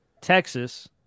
Texas